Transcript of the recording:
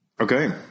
Okay